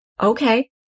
okay